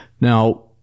Now